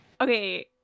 okay